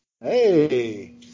Hey